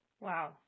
Wow